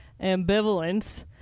ambivalence